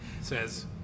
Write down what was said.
Says